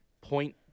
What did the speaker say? Point